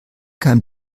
kein